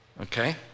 Okay